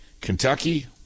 Kentucky